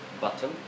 button